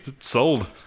sold